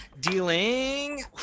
dealing